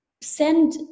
send